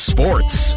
Sports